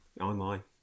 online